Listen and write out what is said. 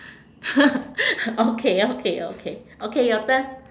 okay okay okay okay your turn